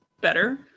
better